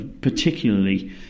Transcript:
particularly